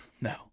No